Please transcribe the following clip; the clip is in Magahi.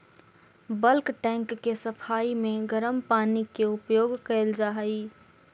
बल्क टैंक के सफाई में गरम पानी के उपयोग कैल जा हई